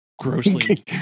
Grossly